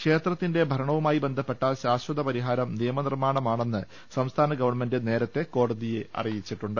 ക്ഷേത്രത്തിൻറെ ഭരണവുമായി ബന്ധപ്പെട്ട ശാശ്വതപരിഹാരം നിയമനിർമാണമാണെന്ന് സംസ്ഥാന ഗവൺമെൻറ് നേരത്തെ കോടതിയെ അറിയിച്ചിട്ടുണ്ട്